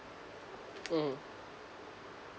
mm